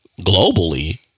globally